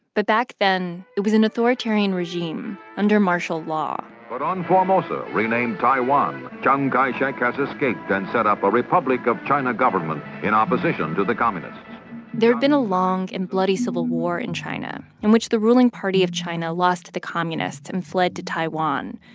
but back then it was an authoritarian regime under martial law but on formosa, renamed taiwan, chiang kai-shek has escaped and set up a republic of china government in opposition to the communists there had been a long and bloody civil war in china in which the ruling party of china lost to the communists and fled to taiwan,